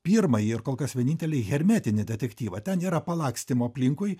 pirmąjį ir kol kas vienintelį hermetinį detektyvą ten yra palakstymo aplinkui